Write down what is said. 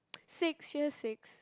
six sure six